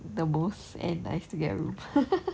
the most and I still get a room